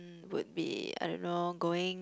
would be I don't know going